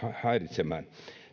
häiritsemään